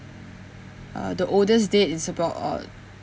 uh the oldest date is about uh